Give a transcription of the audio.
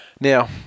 Now